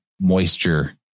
moisture